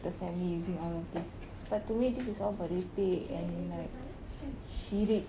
the family using all of these but to me this is all merepek and like syirik